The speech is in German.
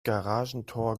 garagentor